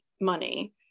money